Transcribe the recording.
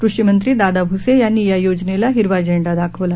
कृषी मंत्री दादा भूसे यांनी या योजनेला हिरवा झेंडा दाखवला